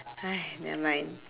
never mind